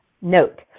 Note